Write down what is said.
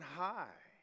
high